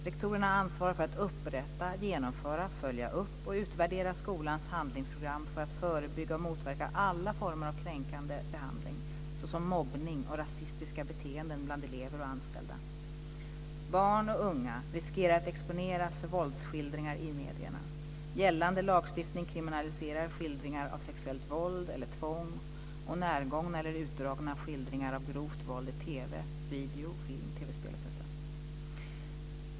Rektorerna ansvarar för att upprätta, genomföra, följa upp och utvärdera skolans handlingsprogram för att förebygga och motverka alla former av kränkande behandling, såsom mobbning och rasistiska beteenden bland elever och anställda. Barn och unga riskerar att exponeras för våldsskildringar i medierna. Gällande lagstiftning kriminaliserar skildringar av sexuellt våld eller tvång och närgångna eller utdragna skildringar av grovt våld via TV, video, film, TV-spel etc.